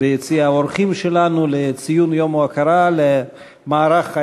ביציע האורחים שלנו, לציון יום ההוקרה למערך האש,